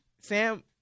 Sam